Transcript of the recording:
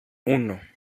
uno